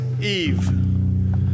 Eve